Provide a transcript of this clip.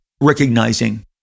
recognizing